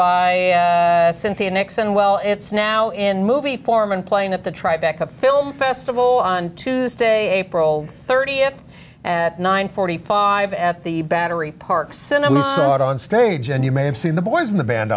by cynthia nixon well it's now in movie form and playing at the trifecta film festival on tuesday april thirtieth at nine forty five at the battery park cinema on stage and you may have seen the boys in the band